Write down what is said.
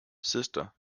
sister